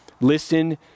Listen